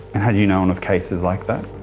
and had you known of cases like that?